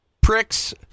pricks